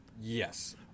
Yes